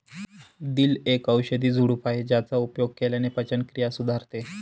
दिल एक औषधी झुडूप आहे ज्याचा उपयोग केल्याने पचनक्रिया सुधारते